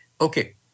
Okay